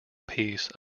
piece